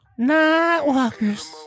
Nightwalkers